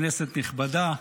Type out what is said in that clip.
כנסת נכבדה,